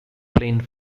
plane